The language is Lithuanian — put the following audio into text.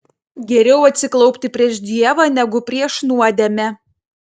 geriau atsiklaupti prieš dievą negu prieš nuodėmę